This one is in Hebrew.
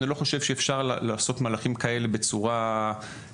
אני לא חושב שאפשר לעשות מהלכים כאלה לא בצורה של שותפות,